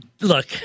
Look